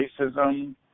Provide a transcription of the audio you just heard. racism